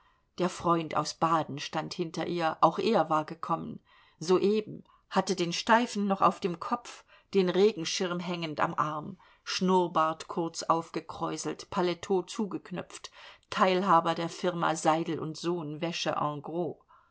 der freund aus baden stand hinter ihr auch er war gekommen soeben hatten den steifen noch auf dem kopf den regenschirm hängend am arm schnurrbart kurz aufgekräuselt paletot zugeknöpft teilhaber der firma seidel sohn wäsche